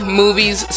movies